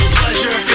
pleasure